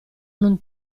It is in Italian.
non